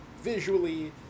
visually